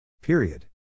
Period